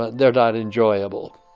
ah they're not enjoyable.